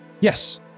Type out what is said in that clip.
yes